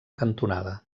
cantonada